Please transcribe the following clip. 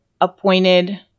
appointed